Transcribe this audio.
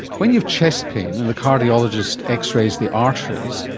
when you've chest pain and the cardiologist x-rays the arteries,